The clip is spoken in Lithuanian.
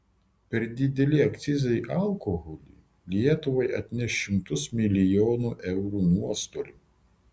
per dideli akcizai alkoholiui lietuvai atneš šimtus milijonų eurų nuostolių